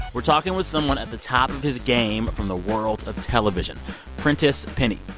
we're talking with someone at the top of his game from the world of television prentice penny,